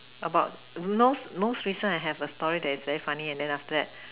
about no most recent I have a story that is very funny and after that